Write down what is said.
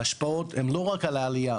ההשפעות הן לא רק על העלייה,